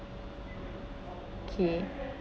okay